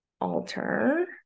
alter